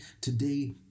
today